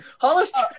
Hollister